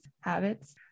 habits